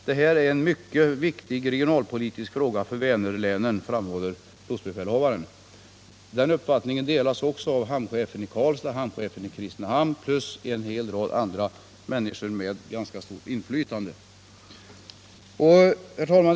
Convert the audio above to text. — Detta är en mycket viktig regionalpolitisk fråga för Vänerlänen, framhåller han.” Den uppfattningen delas också av hamncheferna i Karlstad och Kristinehamn och av en hel del andra människor med ganska stort inflytande. Herr talman!